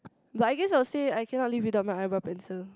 but I guess I will say I cannot live without my eyebrow pencil